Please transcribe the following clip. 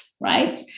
right